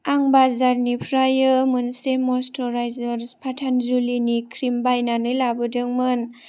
आं बाजारनिफ्रायो मोनसे मयसट'रायजार फाथानजलिनि ख्रिम बायनानै लाबोदोंमोन